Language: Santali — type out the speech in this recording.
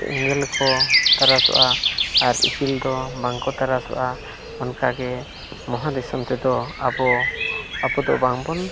ᱮᱸᱜᱮᱞ ᱠᱚ ᱛᱟᱨᱟᱥᱚᱜᱼᱟ ᱟᱨ ᱤᱯᱤᱞ ᱫᱚ ᱵᱟᱝᱠᱚ ᱛᱟᱨᱟᱥᱚᱜᱼᱟ ᱚᱱᱟᱜᱮ ᱢᱚᱦᱟ ᱫᱤᱥᱚᱢ ᱛᱮᱫᱚ ᱟᱵᱚ ᱟᱵᱚ ᱫᱚ ᱵᱟᱝᱵᱚᱱ